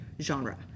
genre